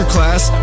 class